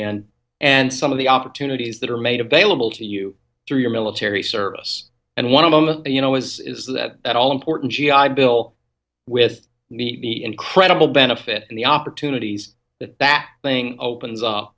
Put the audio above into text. and and some of the opportunities that are made available to you through your military service and one of them you know is is that that all important g i bill with me be incredible benefit and the opportunities that that thing opens up